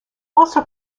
also